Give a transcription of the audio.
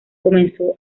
comenzó